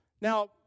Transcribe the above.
Now